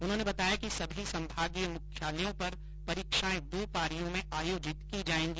उन्होंने बताया कि सभी संभागीय मुख्यालयों पर परीक्षायें दो पारियों में आयोजित की जायेंगी